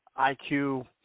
IQ